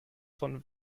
von